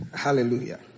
hallelujah